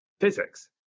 physics